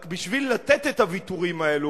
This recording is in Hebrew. רק בשביל לתת את הוויתורים האלה,